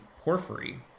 Porphyry